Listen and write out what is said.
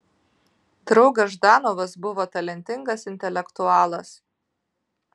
draugas ždanovas buvo talentingas intelektualas